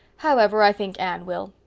however, i think anne will.